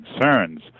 concerns